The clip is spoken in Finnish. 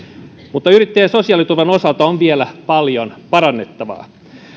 mutta yrittäjän sosiaaliturvan osalta on vielä paljon parannettavaa